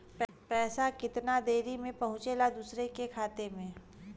पैसा कितना देरी मे पहुंचयला दोसरा के खाता मे?